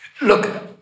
Look